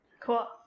Cool